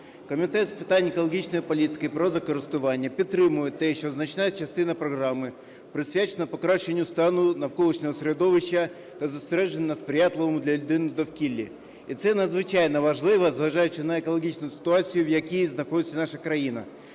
Комітет з питань екологічної політики і природокористування підтримує те, що значна частина програми присвячена покращанню стану навколишнього середовища та зосереджена на сприятливому для людини довкіллі, і це надзвичайно важливо, зважаючи на екологічну ситуацію, в якій знаходиться наша країна: